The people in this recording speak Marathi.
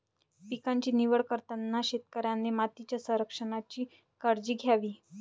पिकांची निवड करताना शेतकऱ्याने मातीच्या संरक्षणाची काळजी घ्यावी